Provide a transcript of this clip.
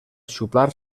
xuplar